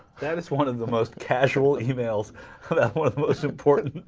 that's one of the most casual emails put up with most importantly